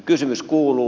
kysymys kuuluu